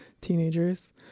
teenagers